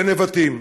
בנבטים.